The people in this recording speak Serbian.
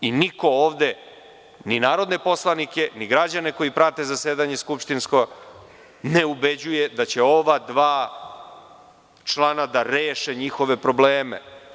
Niko ovde ni narodne poslanike, ni građane koji prate skupštinsko zasedanje ne ubeđuje da će ova dva člana da reše njihove probleme.